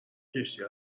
کشتی